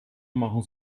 machen